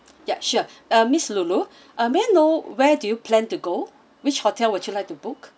ya sure uh miss lulu uh may I know where do you plan to go which hotel would you like to book